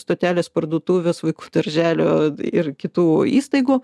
stotelės parduotuvės vaikų darželio ir kitų įstaigų